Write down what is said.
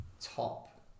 top